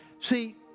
See